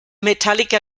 metallica